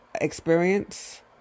experience